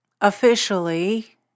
Officially